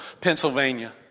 Pennsylvania